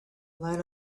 line